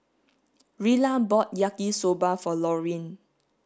Rilla bought yaki soba for Laurine